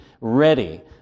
ready